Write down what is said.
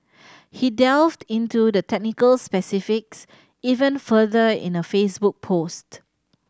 he delved into the technical specifics even further in a Facebook post